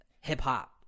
hip-hop